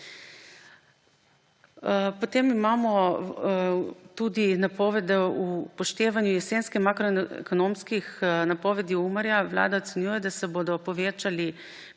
%. Imamo tudi napoved, da v upoštevanju jesenskih makroekonomskih napovedi Umarja Vlada ocenjuje, da se bodo povečali